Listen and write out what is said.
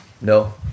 no